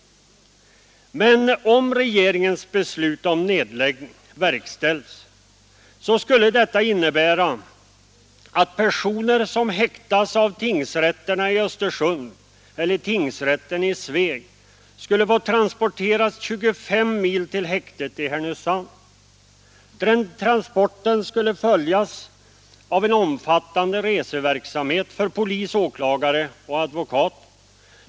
Men om regeringens beslut om nedläggning verkställs, skulle detta innebära att personer som häktas av tingsrätterna i Östersund eller Sveg fick transporteras 25 mil till häktet i Härnösand. Den transporten skulle följas av en omfattande reseverksamhet för polis, åklagare och advokater.